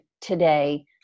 today